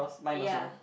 ya